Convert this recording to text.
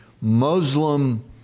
Muslim